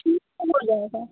ठीक है हो जाएगा